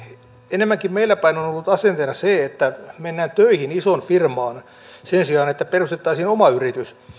enemmänkin meillä päin on on ollut asenteena se että mennään töihin isoon firmaan sen sijaan että perustettaisiin oma yritys